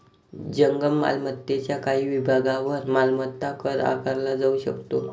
जंगम मालमत्तेच्या काही विभागांवर मालमत्ता कर आकारला जाऊ शकतो